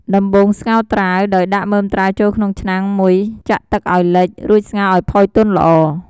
ដំបូងស្ងោរត្រាវ ដោយដាក់មើមត្រាវចូលក្នុងឆ្នាំងមួយចាក់ទឹកឱ្យលិច រួចស្ងោរឱ្យផុយទន់ល្អ។